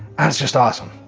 it's just awesome,